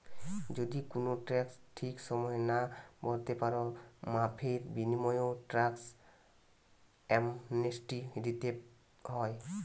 যদি কুনো ট্যাক্স ঠিক সময়ে না ভোরতে পারো, মাফীর বিনিময়ও ট্যাক্স অ্যামনেস্টি দিতে হয়